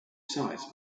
size